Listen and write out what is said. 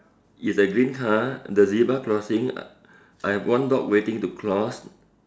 is the green car the zebra crossing I I have one dog waiting to cross